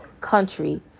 country